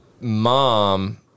mom